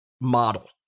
model